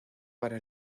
para